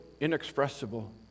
inexpressible